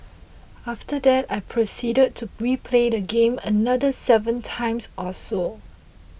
after that I proceeded to replay the game another seven times or so